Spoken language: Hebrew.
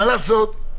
מה לעשות?